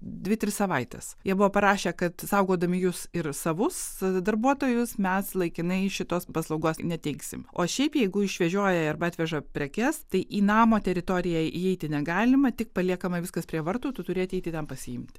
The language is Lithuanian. dvi tris savaites jie buvo parašė kad saugodami jus ir savus darbuotojus mes laikinai šitos paslaugos neteiksim o šiaip jeigu išvežioja arba atveža prekes tai į namo teritoriją įeiti negalima tik paliekama viskas prie vartų tu turi ateiti ten pasiimti